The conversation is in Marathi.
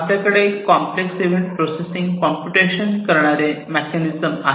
आपल्याकडे कॉम्प्लेक्स इव्हेंट प्रोसेसिंग कॉम्प्युटेशन करणारे मेकॅनिझम आहे